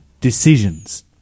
decisions